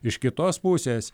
iš kitos pusės